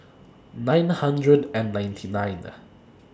nine hundred and ninety nine